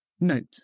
Note